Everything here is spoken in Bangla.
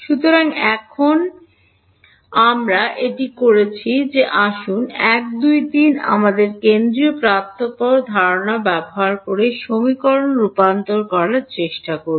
সুতরাং এখন আমরা এটি করেছি যে আসুন 1 2 3 আমাদের কেন্দ্রীয় পার্থক্য ধারণা ব্যবহার করে সমীকরণ রূপান্তর করার চেষ্টা করুন